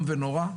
וזה איום ונורא.